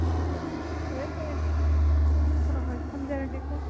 ꯑꯣ ꯐꯔꯦ ꯐꯔꯦ ꯍꯣꯏ ꯍꯣꯏ ꯊꯝꯖꯔꯒꯦꯀꯣ